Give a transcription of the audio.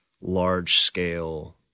large-scale